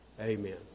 Amen